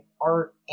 art